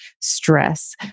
stress